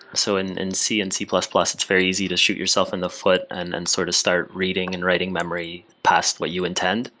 so in and c and c plus plus, it's very easy to shoot yourself in the foot and and sort of start reading and writing memory past what you intend.